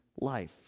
life